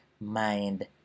mind